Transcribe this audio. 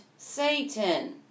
Satan